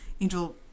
Angel